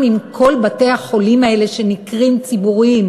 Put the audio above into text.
עם כל בתי-החולים האלה שנקראים ציבוריים,